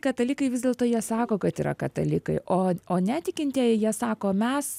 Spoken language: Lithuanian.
katalikai vis dėlto jie sako kad yra katalikai o o netikintieji jie sako mes